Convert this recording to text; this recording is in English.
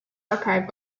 archive